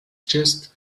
chest